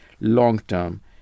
long-term